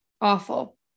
Awful